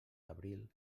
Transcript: abril